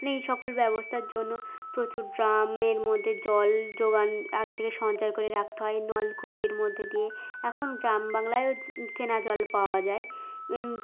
মানে এই সকল ব্যবস্থার জন্য প্রচুর গ্রামের মধ্যে জল জোগান আগে থেকে সঞ্চয় করে রাখতে হয় নলকূপের মধ্যে দিয়ে এখন গ্রাম বাংলায়ও কেনা জল পাওয়া যায় এ